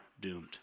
doomed